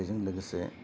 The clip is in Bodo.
बेजों लोगोसे